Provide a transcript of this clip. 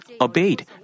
obeyed